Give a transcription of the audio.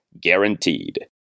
guaranteed